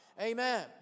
Amen